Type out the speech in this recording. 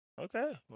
Okay